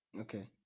Okay